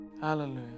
hallelujah